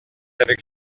avec